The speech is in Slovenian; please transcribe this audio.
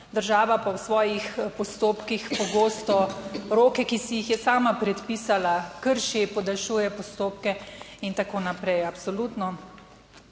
država pa v svojih postopkih pogosto roke, ki si jih je sama predpisala, krši, podaljšuje postopke in tako naprej. Absolutno